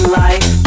life